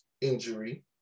injury